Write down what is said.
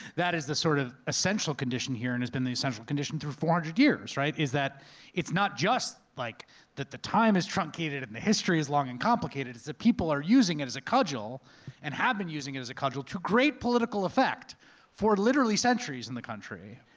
that is the sort of essential condition here, and has been the essential condition through four hundred years, right? is that it's not just like that the time is truncated, and the history is long and complicated, it's that people are using it as a cudgel and have been using it as a cudgel to great political effect for literally centuries in the country.